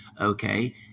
okay